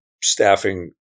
staffing